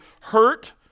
hurt